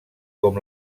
com